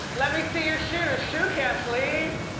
let me see your shoes, shoe can please?